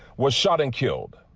was shot and killed.